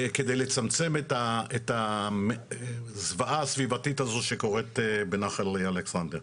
על מנת לצמצם את הזוועה הסביבתית הזו שקורת בנחל אלכסנדר.